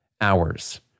hours